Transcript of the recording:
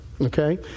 Okay